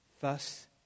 Thus